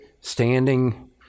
standing